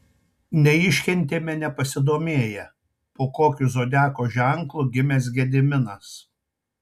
neiškentėme nepasidomėję po kokiu zodiako ženklu gimęs gediminas